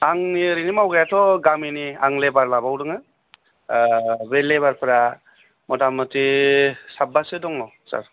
आंनि ओरैनि मावग्रायाथ' गामिनि आं लेबार लाबावदोङो बे लेबारफ्रा मथा मुथि साबासो दङ सार